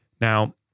Now